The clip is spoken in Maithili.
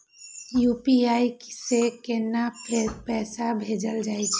यू.पी.आई से केना पैसा भेजल जा छे?